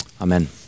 Amen